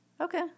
Okay